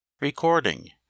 Recording